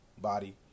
body